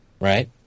right